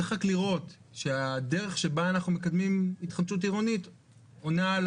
צריך רק לראות שהדרך שבה אנחנו מקדמים התחדשות עירונית עונה על